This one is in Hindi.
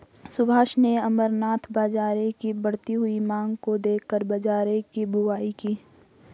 सुभाष ने अमरनाथ बाजरे की बढ़ती हुई मांग को देखकर बाजरे की बुवाई की